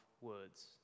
words